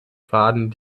faden